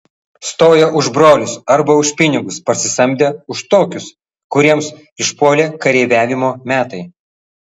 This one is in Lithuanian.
stojo už brolius arba už pinigus parsisamdę už tokius kuriems išpuolė kareiviavimo metai